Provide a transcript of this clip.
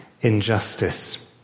Injustice